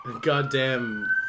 Goddamn